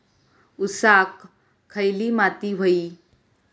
ऊसाक खयली माती व्हयी?